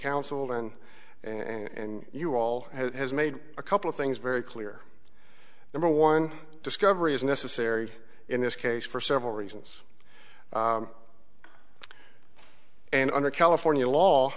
counsel and and you all has made a couple of things very clear number one discovery is necessary in this case for several reasons and under california law